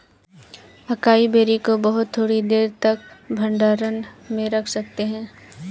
acai berry को बहुत थोड़ी देर तक भंडारण में रख सकते हैं